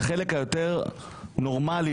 לחלק היותר נורמלי,